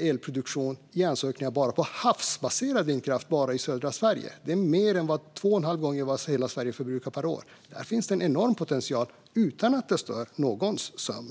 elproduktion i ansökningar bara när det gäller havsbaserad vindkraft och bara i södra Sverige. Detta är två och en halv gånger vad hela Sverige förbrukar per år. Där finns det en enorm potential utan att det stör någons sömn.